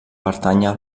pertànyer